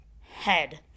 Head